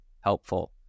helpful